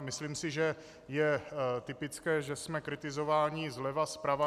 Myslím si, že je typické, že jsme kritizováni zleva, zprava.